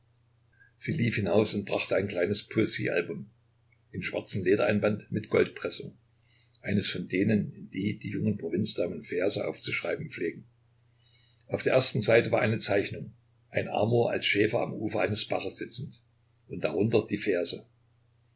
sie lief hinaus und brachte ein kleines poesiealbum in schwarzem ledereinband mit goldpressung eines von denen in die die jungen provinzdamen verse aufzuschreiben pflegen auf der ersten seite war eine zeichnung ein amor als schäfer am ufer eines baches sitzend und darunter die verse